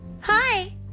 Hi